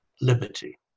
liberty